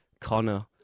Connor